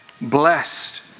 Blessed